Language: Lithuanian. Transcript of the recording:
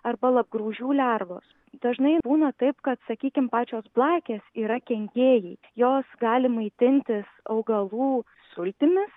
arba lapgraužių lervos dažnai būna taip kad sakykim pačios blakės yra kenkėjai jos gali maitintis augalų sultimis